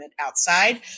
outside